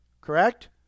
correct